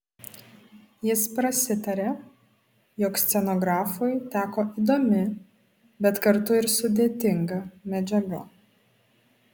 jis prasitarė jog scenografui teko įdomi bet kartu ir sudėtinga medžiaga